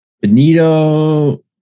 Benito